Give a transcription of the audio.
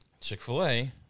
Chick-fil-A